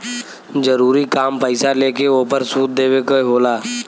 जरूरी काम पईसा लेके ओपर सूद देवे के होला